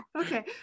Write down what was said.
Okay